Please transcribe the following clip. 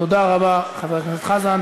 תודה רבה, חבר הכנסת חזן.